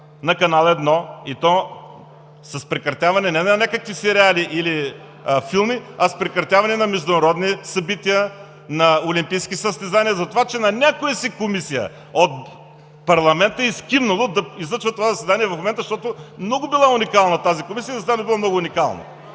на канал 1 и то с прекратяване не на някакви сериали или филми, а с прекратяване на международни събития, на олимпийски състезания, затова че на някоя си комисия от парламента и скимнало да излъчва това заседание в момента, защото много била уникална тази комисия, заседанието било много уникално.